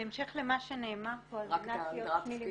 בהמשך למה שנאמר פה, על